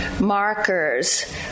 markers